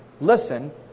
Listen